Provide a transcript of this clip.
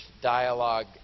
dialogue